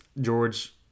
George